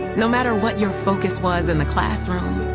no matter what your focus was in the classroom,